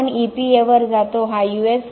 मग आपण EPA वर जातो हा यू